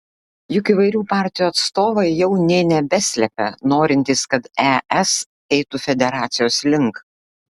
juk įvairių partijų atstovai jau nė nebeslepia norintys kad es eitų federacijos link